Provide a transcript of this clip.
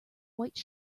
white